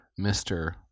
Mr